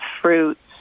fruits